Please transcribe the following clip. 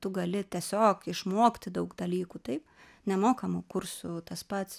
tu gali tiesiog išmokti daug dalykų taip nemokamų kursų tas pats